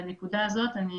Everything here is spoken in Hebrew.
בנקודה הזאת אני